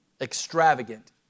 extravagant